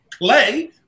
play